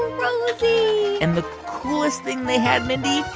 rosie and the coolest thing they had, mindy?